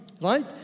right